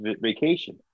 Vacation